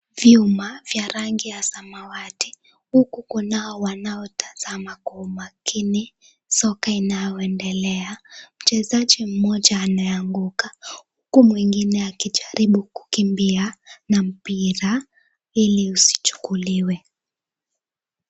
Vyuma vya rangi ya samawati, huku kunao wanaotazama kwa umakini soka inayoendelea. Mchezaji mmoja ameanguka huku mwingine akijaribu kukimbia na mpira ili usichukuliwe.